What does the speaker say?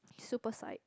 super sight